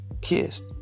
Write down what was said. kissed